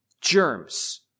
germs